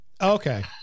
Okay